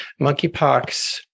monkeypox